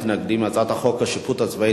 ההצעה להעביר את הצעת חוק השיפוט הצבאי